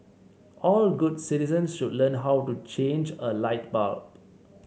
all good citizens should learn how to change a light bulb